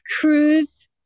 cruise